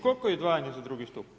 Koliko je izdvajanje za drugi stup?